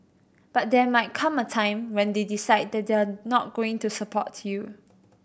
but there might come a time when they decide that they're not going support you